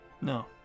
No